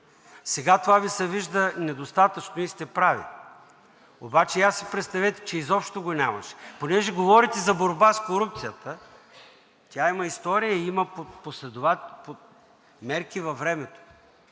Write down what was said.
Сега това Ви се вижда недостатъчно и сте прави, обаче я си представете, че изобщо го нямаше. Понеже говорите за борба с корупцията, тя има история и има мерки във времето.